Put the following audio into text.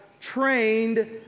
trained